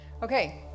Okay